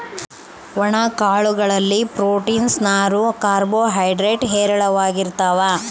ಒಣ ಕಾಳು ಗಳಲ್ಲಿ ಪ್ರೋಟೀನ್ಸ್, ನಾರು, ಕಾರ್ಬೋ ಹೈಡ್ರೇಡ್ ಹೇರಳವಾಗಿರ್ತಾವ